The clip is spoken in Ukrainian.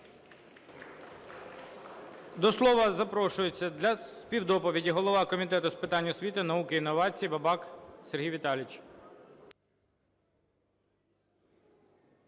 До слова запрошується для співдоповіді голова Комітету з питань освіти, науки і інновацій Бабак Сергій Віталійович.